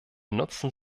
nutzen